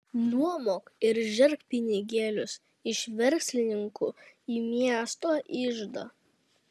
nuomok ir žerk pinigėlius iš verslininkų į miesto iždą